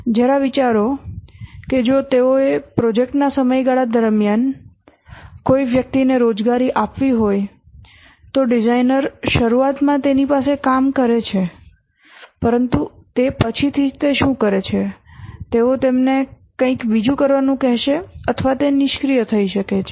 જરા વિચારો કે જો તેઓએ પ્રોજેક્ટના સમયગાળા દરમ્યાન કોઈ વ્યક્તિને રોજગારી આપવી હોય તો ડિઝાઇનર શરૂઆતમાં તેની પાસે કામ કરે છે પરંતુ પછીથી તે શું કરે છે તેઓ તેમને કંઈક બીજું કરવાનું કહેશે અથવા તે નિષ્ક્રિય થઈ શકે છે